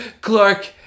Clark